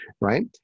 right